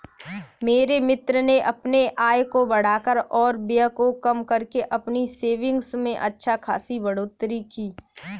मेरे मित्र ने अपने आय को बढ़ाकर और व्यय को कम करके अपनी सेविंग्स में अच्छा खासी बढ़ोत्तरी की